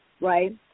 right